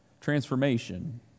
transformation